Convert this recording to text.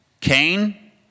Cain